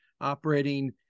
operating